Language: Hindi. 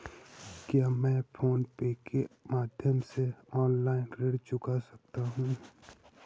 क्या मैं फोन पे के माध्यम से ऑनलाइन ऋण चुका सकता हूँ?